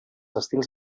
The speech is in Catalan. estils